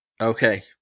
Okay